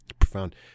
Profound